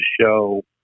show